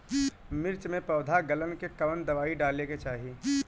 मिर्च मे पौध गलन के कवन दवाई डाले के चाही?